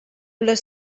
les